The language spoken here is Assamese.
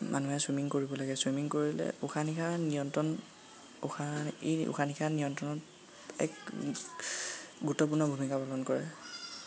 মানুহে চুইমিং কৰিব লাগে চুইমিং কৰিলে উশাহ নিশাহৰ নিয়ন্ত্ৰণ উশা ই উশাহ নিশাহ নিয়ন্ত্ৰণত এক গুৰুত্বপূৰ্ণ ভূমিকা পালন কৰে